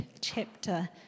chapter